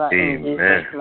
amen